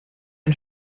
ein